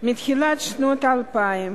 מתחילת שנות האלפיים,